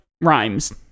rhymes